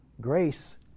Grace